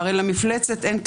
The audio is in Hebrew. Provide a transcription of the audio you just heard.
הרי למפלצת אין קרניים.